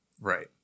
right